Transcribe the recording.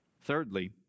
Thirdly